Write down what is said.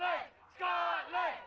right right